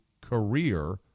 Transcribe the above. career